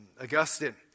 Augustine